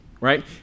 right